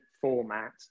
format